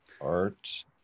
Art